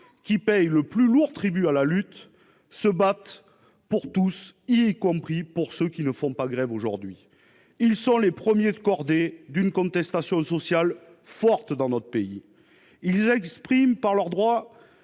qui paient le plus lourd tribut à la lutte -, se battent pour tous, y compris pour ceux qui ne font pas grève aujourd'hui. Ils sont les « premiers de cordée » de la forte contestation sociale que connaît notre pays. En exerçant leurs droits,